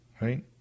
right